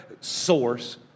source